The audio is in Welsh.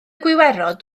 gwiwerod